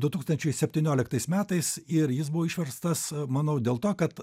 du tūkstančiai septynioliktais metais ir jis buvo išverstas manau dėl to kad